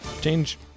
Change